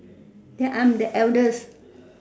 ya I'm the eldest